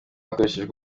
hakoreshejwe